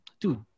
dude